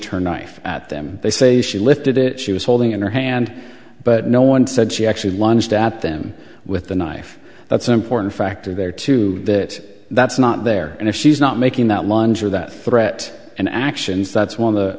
her knife at them they say she lifted it she was holding in her hand but no one said she actually lunged at them with the knife that's an important factor there too that that's not there and if she's not making that lunge or that threat and actions that's one of the